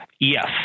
Yes